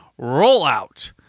rollout